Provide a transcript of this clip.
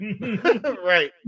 Right